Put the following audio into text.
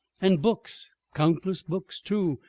and books, countless books, too,